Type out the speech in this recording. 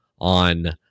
on